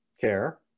Care